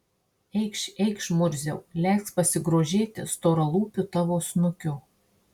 eikš eikš murziau leisk pasigrožėti storalūpiu tavo snukiu